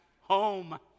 home